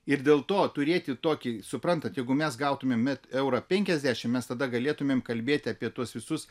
ir dėl to turėti tokį suprantat jeigu mes gautumėm eurą penkiasdešimt mes tada galėtumėm kalbėti apie tuos visus